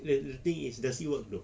the the thing is does it work though